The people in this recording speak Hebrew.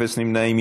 אפס נמנעים.